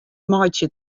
meitsje